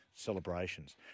Celebrations